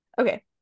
Okay